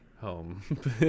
home